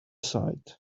site